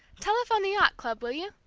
telephone the yacht club, will you?